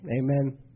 Amen